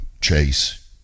chase